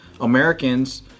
Americans